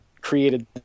created